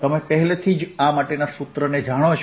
તમે પહેલેથી જ આ માટેના સૂત્રને જાણો છો